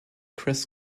chris